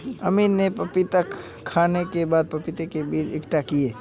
अमित ने पपीता खाने के बाद पपीता के बीज इकट्ठा किए